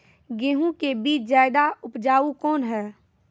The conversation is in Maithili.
गेहूँ के बीज ज्यादा उपजाऊ कौन है?